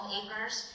acres